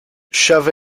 shove